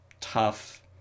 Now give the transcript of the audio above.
tough